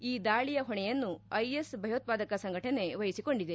ಈ ದಾಳಿಯ ಹೊಣೆಯನ್ನು ಐಎಸ್ ಭಯೋತ್ವಾದಕ ಸಂಘಟನೆ ವಹಿಸಿಕೊಂಡಿದೆ